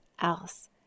else